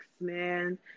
man